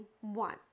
one